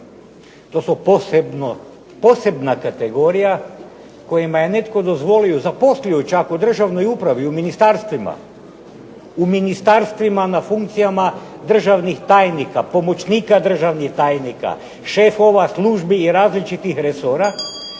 To su posebna kategorija kojima je netko dozvoli, čak zaposlio u državnoj upravi u ministarstvima na funkcijama državnih tajnika, pomoćnika državnih tajnika, šefova službi i različitih resora,